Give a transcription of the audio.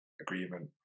agreement